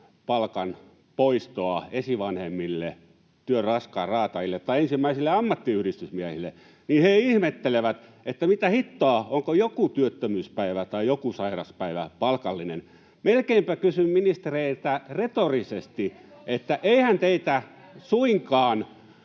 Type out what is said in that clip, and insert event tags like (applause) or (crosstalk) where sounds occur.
palkan poistoa esivanhemmille, työn raskaan raatajille, tai ensimmäisille ammattiyhdistysmiehille, niin he ihmettelevät, että mitä hittoa — onko joku työttömyyspäivä tai joku sairauspäivä palkallinen. (noise) Melkeinpä kysyn ministereiltä retorisesti, että eihän teillä suinkaan